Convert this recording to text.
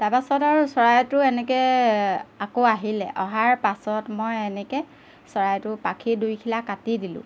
তাৰপাছত আৰু চৰাইটো এনেকৈ আকৌ আহিলে অহাৰ পাছত মই এনেকৈ চৰাইটো পাখি দুইখিলা কাটি দিলোঁ